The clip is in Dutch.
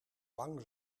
lang